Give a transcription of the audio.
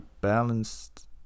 balanced